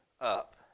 up